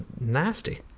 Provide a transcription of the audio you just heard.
nasty